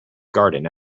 garden